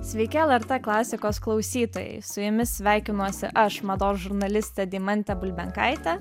sveiki lrt klasikos klausytojai su jumis sveikinuosi aš mados žurnalistė deimantė bulbenkaitė